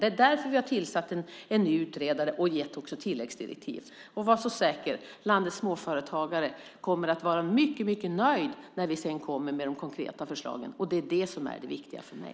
Det är därför vi har tillsatt en ny utredare och gett tilläggsdirektiv. Var så säker: Landets småföretagare kommer att vara mycket nöjda när vi kommer med de konkreta förslagen. Det är det som är det viktiga för mig.